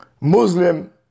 Muslim